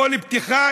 כל פתיחה,